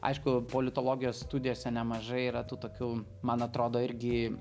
aišku politologijos studijose nemažai yra tų tokių man atrodo irgi